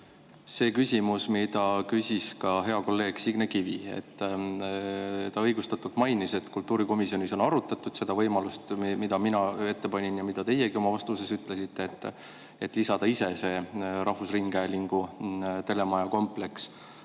see küsimus, mida küsis hea kolleeg Signe Kivi. Ta õigustatult mainis, et kultuurikomisjonis on arutatud seda võimalust, mida mina ette panin ja mida teiegi oma vastuses ütlesite, et lisada ise rahvusringhäälingu telemaja kompleks